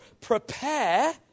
Prepare